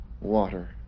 water